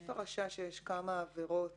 יש פרשה שיש בה כמה עבירות